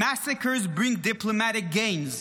Massacres bring diplomatic gains.